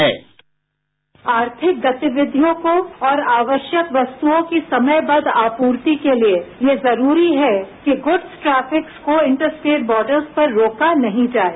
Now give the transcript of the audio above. bite आर्थिक गतिविधियों को और आवश्यक वस्तुओं की समयबद्ध आपूर्ति के लिए ये जरूरी है कि गुड्स ट्रैफिक्स को इंटरस्टेट बार्डर्स पर रोका नहीं जाये